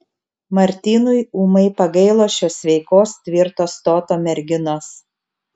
martynui ūmai pagailo šios sveikos tvirto stoto merginos